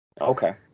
okay